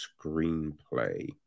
screenplay